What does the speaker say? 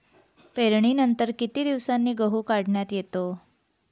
पेरणीनंतर किती दिवसांनी गहू काढण्यात येतो?